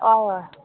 हय हय